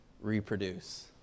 reproduce